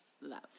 Love